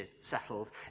settled